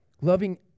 loving